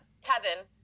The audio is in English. Tevin